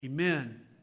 amen